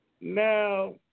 Now